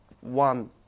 one